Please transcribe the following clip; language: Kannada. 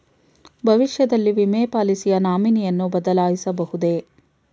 ಭವಿಷ್ಯದಲ್ಲಿ ವಿಮೆ ಪಾಲಿಸಿಯ ನಾಮಿನಿಯನ್ನು ಬದಲಾಯಿಸಬಹುದೇ?